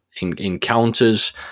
encounters